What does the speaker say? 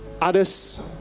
others